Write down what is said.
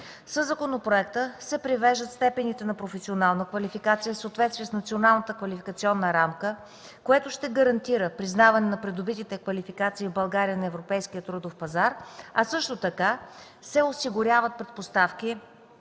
Със законопроекта се привеждат степените на професионална квалификация в съответствие с Националната квалификационна рамка, което ще гарантира признаване на придобитите квалификации в България на европейския трудов пазар, а също така ще осигурява предпоставки